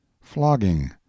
Flogging